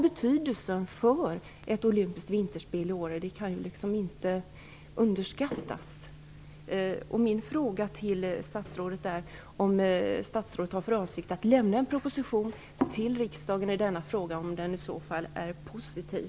Betydelsen av olympiska vinterspel i Åre får inte underskattas. Min fråga till statsrådet är om statsrådet har för avsikt att lämna en proposition till riksdagen i denna fråga och om den i så fall är positiv.